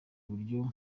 uburyo